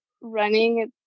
running